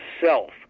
self